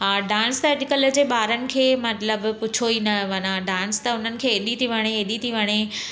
आ डांस त अॼुकल्ह जे ॿारनि खे मतिलबु पुछो ई न माना डांस त उन्हनि खे एॾी थी वणे एॾी थी वणे